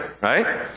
Right